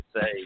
say